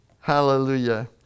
Hallelujah